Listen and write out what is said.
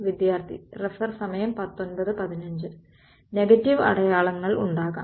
negative അടയാളങ്ങൾ ഉണ്ടാകാം